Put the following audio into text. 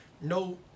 no